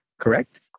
correct